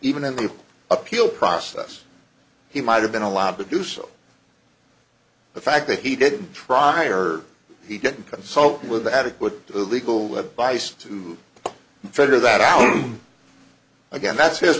even in the appeal process he might have been allowed to do so the fact that he didn't try or he didn't consult with adequate legal advice to figure that out again that's h